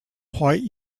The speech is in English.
white